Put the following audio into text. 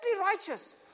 righteous